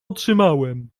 otrzymałem